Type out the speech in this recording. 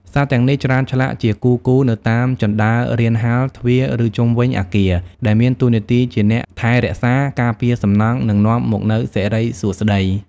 សត្វទាំងនេះ ច្រើនឆ្លាក់ជាគូៗនៅតាមជណ្តើររានហាល ទ្វារ ឬជុំវិញអគារ ដែលមានតួនាទីជាអ្នកថែរក្សា ការពារសំណង់ និងនាំមកនូវសិរីសួស្តី។